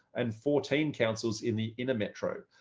and fourteen councils in the inner metro.